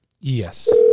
Yes